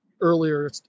earlier